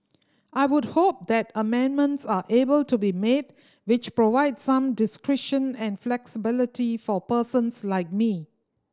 I would hope that amendments are able to be made which provide some discretion and flexibility for persons like me